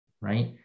right